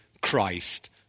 Christ